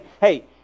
hey